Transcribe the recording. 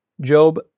Job